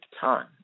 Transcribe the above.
time